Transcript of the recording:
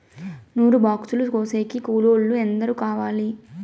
నూరు బాక్సులు కోసేకి కూలోల్లు ఎందరు కావాలి?